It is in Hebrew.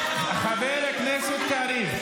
תתביישו לכם.